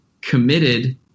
committed